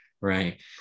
right